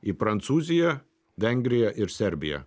į prancūziją vengriją ir serbiją